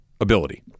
ability